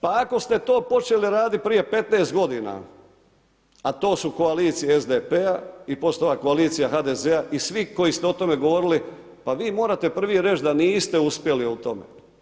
Pa ako ste to počeli raditi prije 15 godina, a to su koalicije SDP-a i poslije toga koalicija HDZ-a i svih koji ste o tome govorili, pa vi morate prvi reći da niste uspjeli u tome.